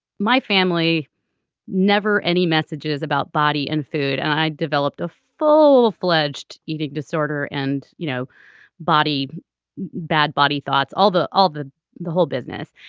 my family never any messages about body and food and i developed a full fledged eating disorder and no you know body bad body thoughts all the all the the whole business.